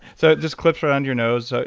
so it just clips around your nose.